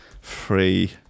free